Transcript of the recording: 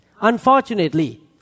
Unfortunately